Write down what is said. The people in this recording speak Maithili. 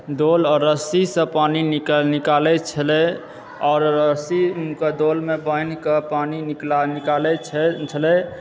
डोल आओर रस्सीसँ पानी निकालए छलए आओर रस्सीके डोलमे बान्हिके पानि निकला निकालए छै छलए